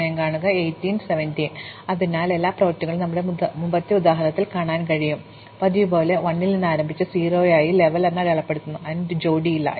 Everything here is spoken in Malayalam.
അതിനാൽ ഈ പ്രവൃത്തികളെല്ലാം ഞങ്ങളുടെ മുമ്പത്തെ ഉദാഹരണത്തിൽ കാണാൻ കഴിയും പതിവുപോലെ ഞങ്ങൾ 1 ൽ ആരംഭിച്ച് അതിനെ 0 ആയി ലെവൽ എന്ന് അടയാളപ്പെടുത്തുന്നു അതിന് ഒരു ജോഡി ഇല്ല